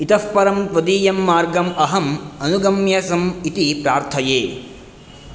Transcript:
इतः परं त्वदीयं मार्गम् अहम् अनुगम्यसम् इति प्रार्थये